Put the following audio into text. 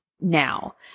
now